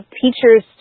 teachers